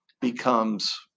becomes